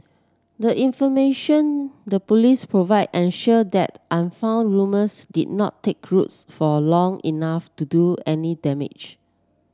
the information the Police provided ensured that unfounded rumours did not take roots for long enough to do any damage